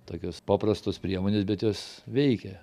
tokios paprastos priemonės bet jos veikia